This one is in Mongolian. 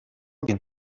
гэнэ